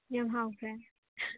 ꯌꯥꯝ ꯍꯥꯎꯈ꯭ꯔꯦ